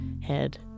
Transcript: head